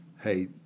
hey